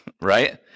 right